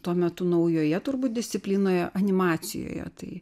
tuo metu naujoje turbūt disciplinoje animacijoje tai